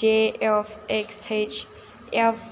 J F X S F